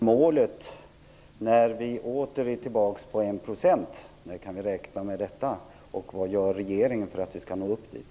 Fru talman! Jag skulle vilja fråga statsministern om biståndsmålet. När kan vi räkna med att åter vara tillbaks på 1 %? Vad gör regeringen för att vi skall nå upp dit?